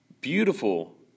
beautiful